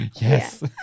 yes